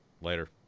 Later